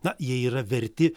na jie yra verti